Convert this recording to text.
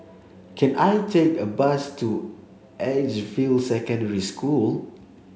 can I take a bus to Edgefield Secondary School